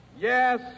yes